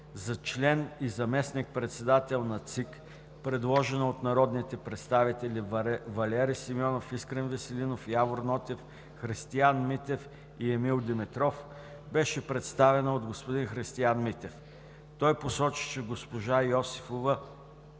за член и заместник-председател на ЦИК, предложена от народните представители Валери Симеонов, Искрен Веселинов, Явор Нотев, Христиан Митев и Емил Димитров, беше представена от господин Христиан Митев. Той посочи, че госпожа Йосифова